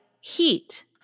heat